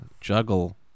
juggle